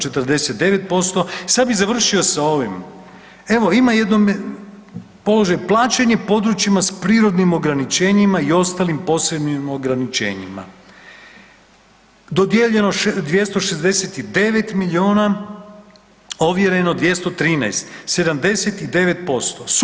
I sad bih završio sa ovim, evo ima jedan položaj plaćanja područjima s prirodnim ograničenjima i ostalim posebnim ograničenjima, dodijeljeno 269 milijuna, ovjereno 217, 79%